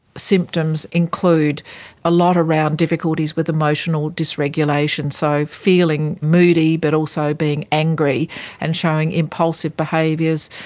symptoms include a lot around difficulties with emotional dysregulation, so feeling moody but also being angry and showing impulsive behaviours,